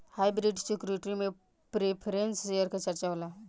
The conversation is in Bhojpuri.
हाइब्रिड सिक्योरिटी में प्रेफरेंस शेयर के चर्चा होला